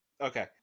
Okay